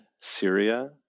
Syria